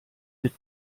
mit